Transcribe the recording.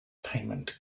payment